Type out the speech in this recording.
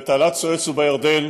בתעלת סואץ ובירדן,